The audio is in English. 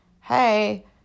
hey